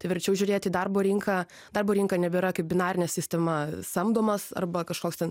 tai verčiau žiūrėti į darbo rinką darbo rinka nebėra kaip binarinė sistema samdomas arba kažkoks ten